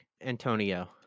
Antonio